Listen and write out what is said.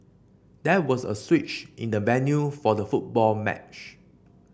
there was a switch in the venue for the football match